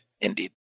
Indeed